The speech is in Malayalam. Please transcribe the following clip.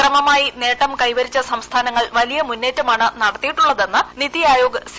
ക്രമമായി നേട്ടം കൈവരിച്ച സംസ്ഥാനങ്ങൾ വലിയ മുന്നേറ്റമാണ് നടത്തിയിട്ടുള്ളതെന്ന് നിതി ആയോഗ് സി